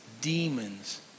demons